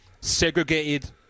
segregated